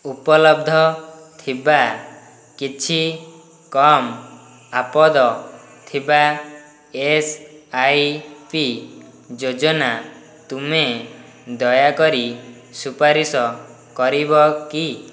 ଉପଲବ୍ଧ ଥିବା କିଛି କମ୍ ଆପଦ ଥିବା ଏସ୍ ଆଇ ପି ଯୋଜନା ତୁମେ ଦୟାକରି ସୁପାରିଶ କରିବ କି